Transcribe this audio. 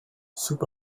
soup